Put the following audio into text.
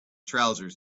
trousers